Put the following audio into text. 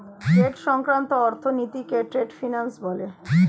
trade সংক্রান্ত অর্থনীতিকে trade finance বলে